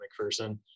McPherson